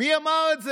מי אמר את זה?